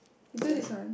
what's that